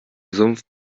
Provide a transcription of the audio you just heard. sumpf